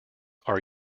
are